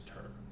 term